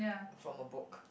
from a book